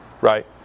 right